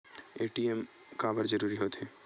ATM काबर जरूरी हो थे?